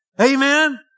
Amen